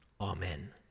Amen